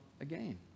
again